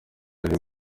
yaje